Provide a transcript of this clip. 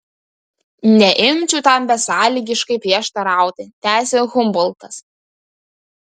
neimčiau tam besąlygiškai prieštarauti tęsė humboltas